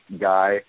guy